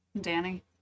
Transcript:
Danny